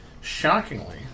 Shockingly